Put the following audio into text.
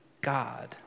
God